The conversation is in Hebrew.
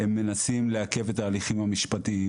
הם מנסים לעכב את ההליכים המשפטיים.